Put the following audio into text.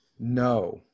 No